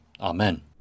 Amen